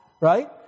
right